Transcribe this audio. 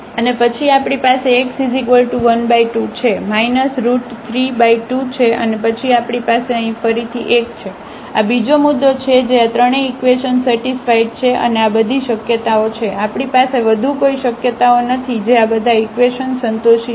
અને પછી આપણી પાસે x12 છે 32છે અને પછી આપણી પાસે અહીં ફરીથી 1 છે આ બીજો મુદ્દો છે જે આ ત્રણેય ઇકવેશન સેટિસ્ફાઇડ છે અને આ બધી શક્યતાઓ છે આપણી પાસે વધુ કોઈ શક્યતાઓ નથી જે આ બધા ઇકવેશન સંતોષી શકે